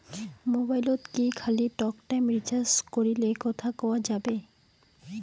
মোবাইলত কি খালি টকটাইম রিচার্জ করিলে কথা কয়া যাবে?